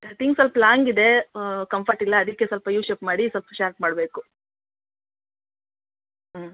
cutting ಸ್ವಲ್ಪ long ಇದೆ comfort ಇಲ್ಲ ಅದಕ್ಕೆ ಸ್ವಲ್ಪ ಯೂ ಶೇಪ್ ಮಾಡಿ ಸ್ವಲ್ಪ ಶಾರ್ಟ್ ಮಾಡಬೇಕು ಹ್ಞೂ